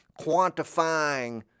quantifying